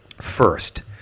first